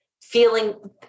feeling